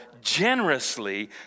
generously